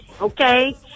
okay